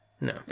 No